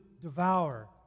devour